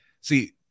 see